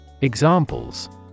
Examples